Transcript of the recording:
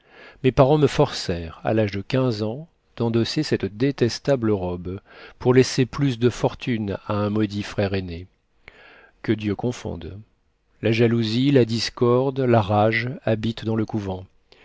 mes parents me forcèrent à l'âge de quinze ans d'endosser cette détestable robe pour laisser plus de fortune à un maudit frère aîné que dieu confonde la jalousie la discorde la rage habitent dans le couvent